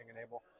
Enable